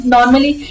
Normally